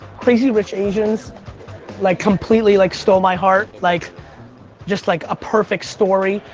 crazy rich asians like completely like stole my heart. like just like a perfect story.